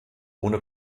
ohne